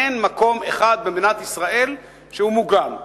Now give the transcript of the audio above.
אין מקום אחד במדינת ישראל שהוא מוגן.